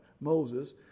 Moses